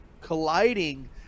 colliding